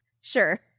Sure